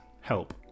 help